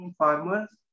farmers